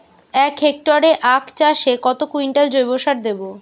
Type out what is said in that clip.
এক হেক্টরে আখ চাষে কত কুইন্টাল জৈবসার দেবো?